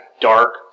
dark